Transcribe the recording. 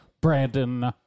Brandon